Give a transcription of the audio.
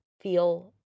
feel